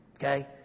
Okay